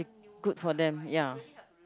good for them ya